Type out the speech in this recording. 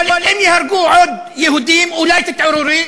אבל אם ייהרגו עוד יהודים, אולי תתעוררו.